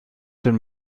den